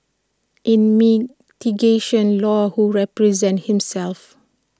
in mitigation law who represented himself